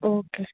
okay